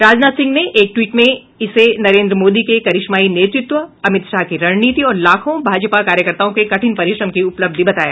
राजनाथ सिंह ने एक ट्वीट में इसे नरेन्द्र मोदी के करिश्माई नेतृत्व अमित शाह की रणनीति और लाखों भाजपा कार्यकर्ताओं के कठिन परिश्रम की उपलब्धि बताया